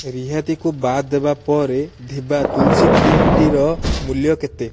ରିହାତିକୁ ବାଦ୍ ଦେବା ପରେ ଦିଭା ତୁଲ୍ସୀ ଗ୍ରୀନ୍ ଟିର ମୂଲ୍ୟ କେତେ